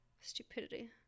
Stupidity